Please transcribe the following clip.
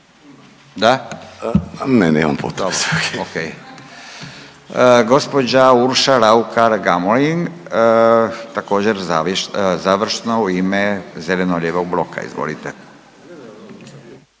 (Nezavisni)** Dobro, ok. Gospođa Urša Raukar Gamulin također završno u ime zeleno-lijevog bloka. Izvolite.